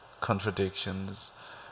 contradictions